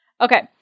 Okay